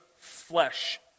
flesh